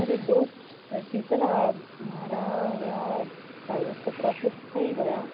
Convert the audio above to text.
અરે દોસ્ત શિતલ આ મારા હવે આ ડાયવોર્સ તો પ્રોસેસ થઈ ગયા